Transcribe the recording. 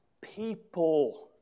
people